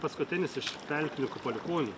paskutinis iš veltinio palikuonių